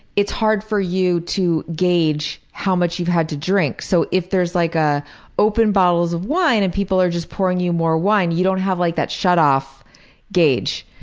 it's hard for you to gauge how much you've had to drink, so if there's like ah open bottles of wine and people are just pouring you more wine, you don't have like that shut-off gauge.